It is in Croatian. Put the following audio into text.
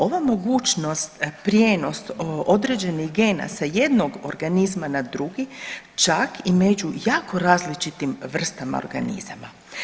Ova mogućnost prijenos određenih gena sa jednog organizma na drugi, čak i među jako različitim vrstama organizama.